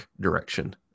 direction